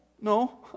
no